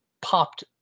popped